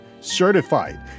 certified